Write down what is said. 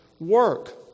work